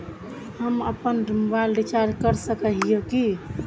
हम अपना mobile recharge कर सकय हिये की?